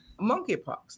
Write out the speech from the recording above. Monkeypox